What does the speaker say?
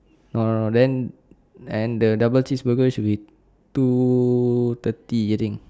no no no then and the double cheese burger should be two thirty I think